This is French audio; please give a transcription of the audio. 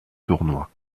tournoi